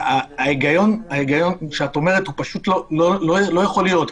ההיגיון שאת אומרת הוא פשוט לא יכול להיות,